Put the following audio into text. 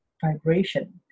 vibration